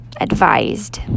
Advised